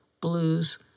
blues